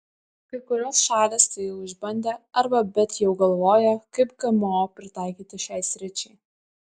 kai kurios šalys tai jau išbandė arba bet jau galvoja kaip gmo pritaikyti šiai sričiai